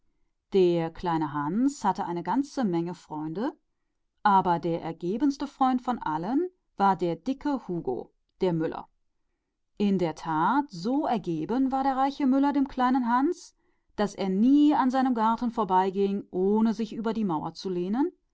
der kleine hans hatte eine große menge freunde aber der treueste von allen war der große müller hugo ja so ergeben war der reiche müller dem kleinen hans daß er nie an dessen garten vorüberging ohne sich über den zaun zu lehnen